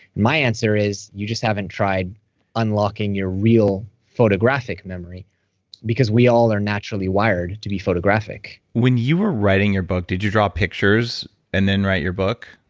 my answer is you just haven't tried unlocking your real photographic memory because we all are naturally wired to be photographic when you were writing your book, did you draw pictures and then write your book?